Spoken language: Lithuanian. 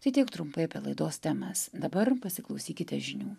tai tiek trumpai apie laidos temas dabar pasiklausykite žinių